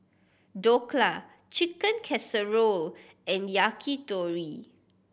Dhokla Chicken Casserole and Yakitori